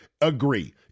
agree